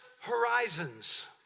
horizons